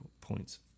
points